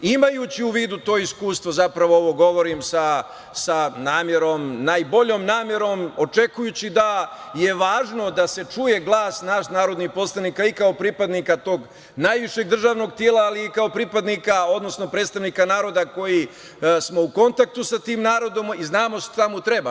Imajući u vidu to iskustvo, zapravo, ovo govorim sa najboljom namerom, očekujući da je važno da se čuje glas nas narodnih poslanika i kao pripadnika tog najvišeg državnog tela, ali i kao pripadnika, odnosno predstavnika naroda, sa kojim smo u kontaktu i znamo šta mu treba.